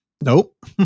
Nope